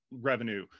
revenue